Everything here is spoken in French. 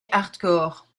hardcore